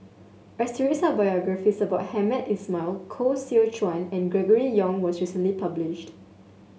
a series of biographies about Hamed Ismail Koh Seow Chuan and Gregory Yong was recently published